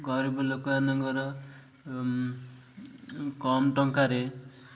ଗରିବ ଲୋକମାନଙ୍କର କମ୍ ଟଙ୍କାରେ